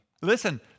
Listen